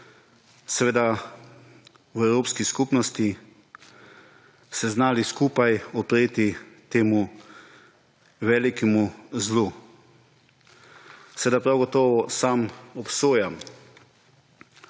seveda, v Evropski skupnosti se znali skupaj upreti temu velikemu zlu. Seveda, prav gotovo sam obsojam